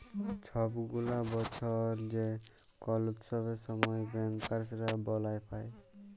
ছব গুলা বসর যে কল উৎসবের সময় ব্যাংকার্সরা বলাস পায়